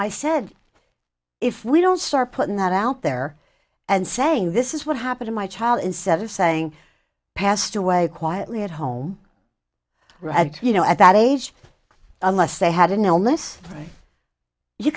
i said if we don't start putting that out there and saying this is what happened my child instead of saying passed away quietly at home you know at that age unless they had an illness